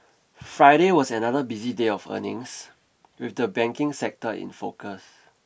Friday was another busy day of earnings with the banking sector in focus